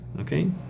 okay